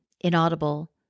inaudible